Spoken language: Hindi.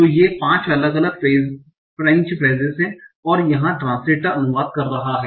तो वे 5 अलग अलग फ़्रेंच फ़्रेजेस हैं जहां ट्रांस्लेटर अनुवाद कर रहा है